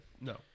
No